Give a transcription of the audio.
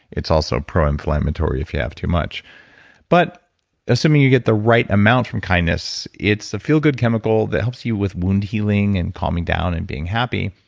it's also pro-inflammatory if you have too much but assuming you get the right amount from kindness, it's a feel good chemical that helps you with wound healing and calming down and being happy.